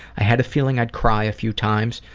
i had a feeling i'd cry a few times,